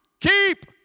Keep